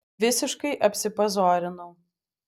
visiškai apsipazorinau